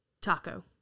taco